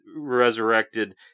resurrected